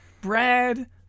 Brad